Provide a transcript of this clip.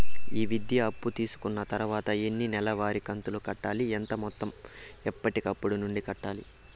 ఈ విద్యా అప్పు తీసుకున్న తర్వాత ఎన్ని నెలవారి కంతులు కట్టాలి? ఎంత మొత్తం ఎప్పటికప్పుడు నుండి కట్టాలి?